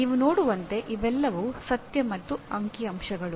ನೀವು ನೋಡುವಂತೆ ಇವೆಲ್ಲವೂ ಸತ್ಯ ಮತ್ತು ಅಂಕಿ ಅಂಶಗಳು